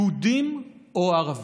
יהודים או ערבים.